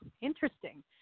interesting